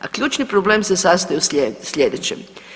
A ključni problem se sastoji u slijedećem.